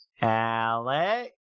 Alex